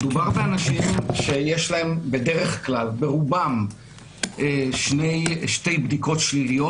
מדובר באנשים שיש להם ברובם שתי בדיקות שליליות,